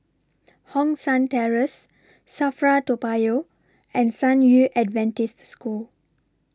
Hong San Terrace SAFRA Toa Payoh and San Yu Adventist School